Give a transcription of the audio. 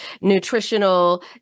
nutritional